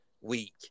week